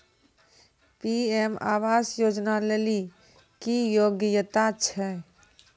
PM आवास योजना लेली की योग्यता छै?